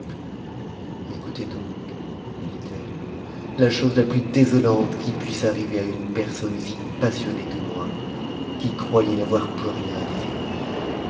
écoutez donc me dit-elle la chose la plus désolante qui puisse arriver à une personne aussi passionnée que moi qui croyais n'avoir plus riens n désirer